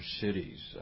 cities